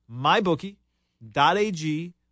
mybookie.ag